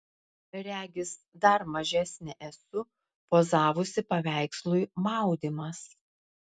regis dar mažesnė esu pozavusi paveikslui maudymas